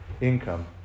income